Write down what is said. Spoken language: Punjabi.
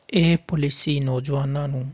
ਇਹ ਪੋਲਿਸੀ ਨੌਜਵਾਨਾਂ ਨੂੰ